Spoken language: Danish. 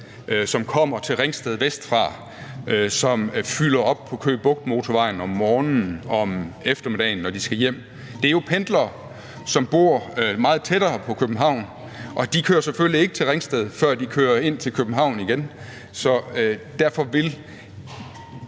som kommer til Ringsted vestfra, og som fylder op på Køge Bugt Motorvejen om morgenen og om eftermiddagen, når de skal hjem. Det er jo pendlere, som bor meget tættere på København, og de kører selvfølgelig ikke til Ringsted, før de kører ind til København igen, så derfor vil